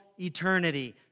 eternity